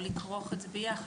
לא לכרוך את זה ביחד.